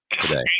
today